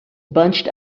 bunched